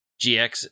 GX